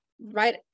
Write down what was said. right